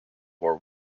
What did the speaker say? war